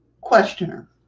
Questioner